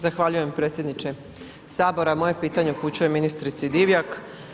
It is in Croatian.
Zahvaljujem predsjedniče sabora, moje pitanje upućujem ministrici Divjak.